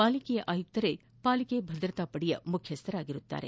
ಪಾಲಿಕೆಯ ಆಯುಕ್ತರೇ ಪಾಲಿಕೆ ಭದ್ರತಾ ಪಡೆಯ ಮುಖ್ಯಸ್ಥರಾಗಿರುತ್ತಾರೆ